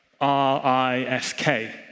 R-I-S-K